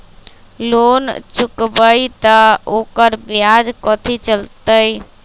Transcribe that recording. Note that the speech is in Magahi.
लोन चुकबई त ओकर ब्याज कथि चलतई?